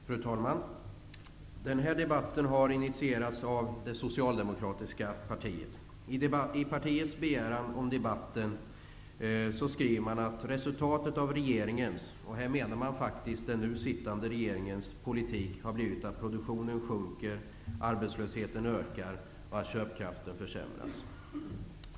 Fru talman! Det här debatten har initierats av det socialdemokratiska partiet. I partiets begäran om debatten skrev man att resultatet av regeringens -- och här menar man faktiskt den nu sittande regeringens -- politik har blivit att produktionen sjunker, arbetslösheten ökar och köpkraften försämras.